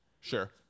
Sure